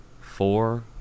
four